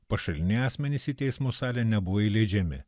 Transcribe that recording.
pašaliniai asmenys į teismo salę nebuvo įleidžiami